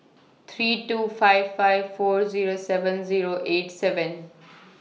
three two five five four Zero seven Zero eight seven